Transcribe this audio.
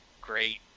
great